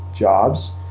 jobs